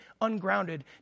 ungrounded